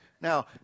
Now